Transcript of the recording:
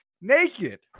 naked